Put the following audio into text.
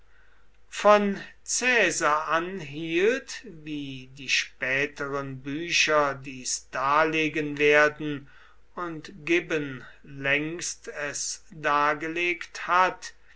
von caesar an hielt wie die späteren bücher dies darlegen werden und gibbon längst es dargelegt hat